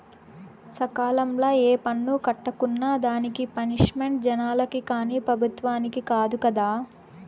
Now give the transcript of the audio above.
సకాలంల ఏ పన్ను కట్టుకున్నా దానికి పనిష్మెంటు జనాలకి కానీ పెబుత్వలకి కాదు కదా